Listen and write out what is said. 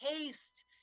taste